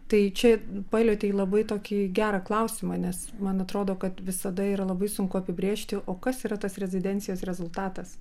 tai čia palietei labai tokį gerą klausimą nes man atrodo kad visada yra labai sunku apibrėžti o kas yra tas rezidencijos rezultatas